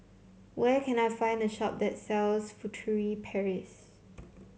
where can I find a shop that sells Furtere Paris